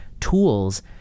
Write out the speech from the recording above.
tools